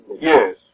Yes